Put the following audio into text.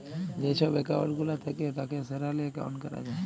যে ছব একাউল্ট গুলা থ্যাকে তাকে স্যালারি একাউল্ট ক্যরা যায়